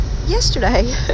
yesterday